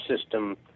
system